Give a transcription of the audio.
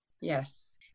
yes